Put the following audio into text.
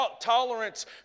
tolerance